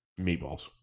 meatballs